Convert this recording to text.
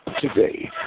today